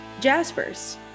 Jaspers